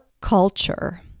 culture